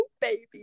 baby